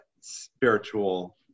spiritual